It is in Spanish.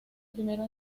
primero